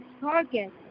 target